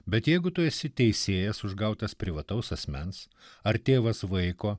bet jeigu tu esi teisėjas užgautas privataus asmens ar tėvas vaiko